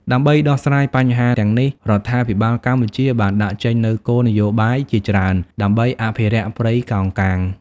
ដើម្បីដោះស្រាយបញ្ហាទាំងនេះ រដ្ឋាភិបាលកម្ពុជាបានដាក់ចេញនូវគោលនយោបាយជាច្រើនដើម្បីអភិរក្សព្រៃកោងកាង។